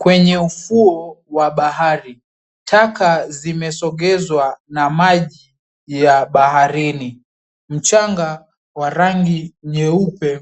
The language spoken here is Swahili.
Kwenye ufuo wa bahari taka zimesogezwa na maji ya baharini. Mchanga wa rangi nyeupe